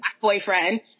boyfriend